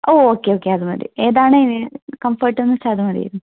ഓഹ് okay okay അതുമതി ഏതാണ് ഇതിന് കംഫർട്ട് എന്നു വച്ചാൽ അതു മതിയായിരുന്നു